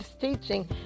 teaching